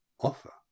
offer